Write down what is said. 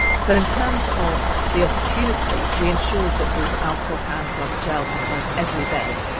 so in terms of the opportunity, we ensured that there was alcohol hand-rub gel beside every bed,